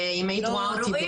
אם היית רואה אותי